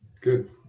Good